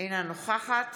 אינה נוכחת